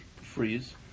freeze